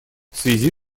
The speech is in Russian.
связи